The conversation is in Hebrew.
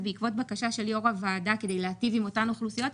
זה בעקבות בקשה של יושב ראש הוועדה כדי להיטיב עם אותן אוכלוסיות.